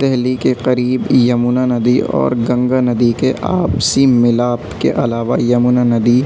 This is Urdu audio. دہلی کے قریب یمنا ندی اور گنگا ندی کے آپسی ملاپ کے علاوہ یمنا ندی